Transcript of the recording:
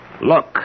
Look